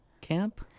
camp